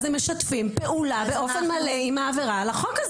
אז הם משתפים פעולה באופן מלא עם העבירה על החוק הזו,